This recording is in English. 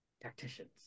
Tacticians